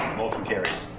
motion carries.